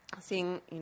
seeing